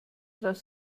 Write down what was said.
dass